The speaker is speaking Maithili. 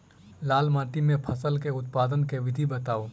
लाल माटि मे फसल केँ उत्पादन केँ विधि बताऊ?